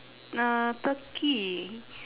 uh turkey